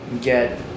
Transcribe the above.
get